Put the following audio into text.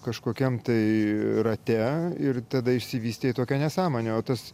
kažkokiam tai rate ir tada išsivystė į tokią nesąmonę o tas